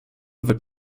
wird